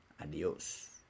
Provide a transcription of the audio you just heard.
adios